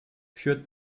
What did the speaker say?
für